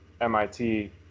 MIT